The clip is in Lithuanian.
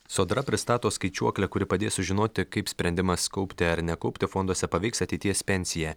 sodra pristato skaičiuoklę kuri padės sužinoti kaip sprendimas kaupti ar nekaupti fonduose paveiks ateities pensiją